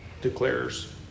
declares